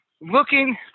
looking